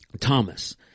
Thomas